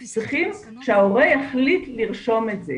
אנחנו צריכים שההורה יחליט לרשום את זה.